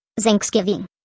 Thanksgiving